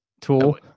Tool